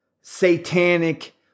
satanic